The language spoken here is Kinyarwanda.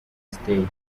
ziteye